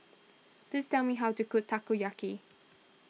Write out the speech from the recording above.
please tell me how to cook Takoyaki